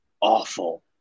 awful